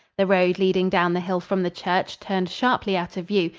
the road leading down the hill from the church turned sharply out of view,